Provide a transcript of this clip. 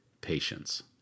Patience